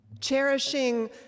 Cherishing